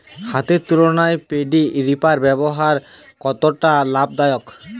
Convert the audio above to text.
হাতের তুলনায় paddy reaper ব্যবহার কতটা লাভদায়ক?